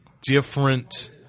different